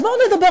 אז בואו נדבר,